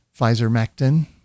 Pfizer-Mectin